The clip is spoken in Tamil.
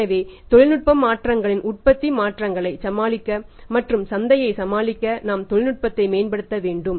எனவே தொழில்நுட்ப மாற்றங்களின் உற்பத்தி மாற்றங்களைச் சமாளிக்க மற்றும் சந்தையைச் சமாளிக்க நாம் தொழில்நுட்பத்தை மேம்படுத்த வேண்டும்